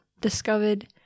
discovered